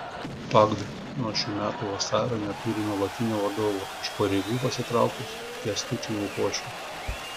pagd nuo šių metų vasario neturi nuolatinio vadovo iš pareigų pasitraukus kęstučiui lukošiui